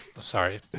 Sorry